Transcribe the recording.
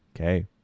okay